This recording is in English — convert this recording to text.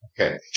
okay